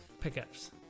pickups